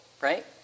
right